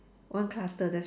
one cluster that's